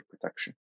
protection